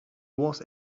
was